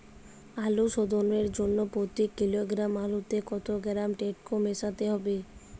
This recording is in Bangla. আলু শোধনের জন্য প্রতি কিলোগ্রাম আলুতে কত গ্রাম টেকটো মেশাতে হবে?